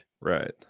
right